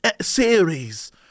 series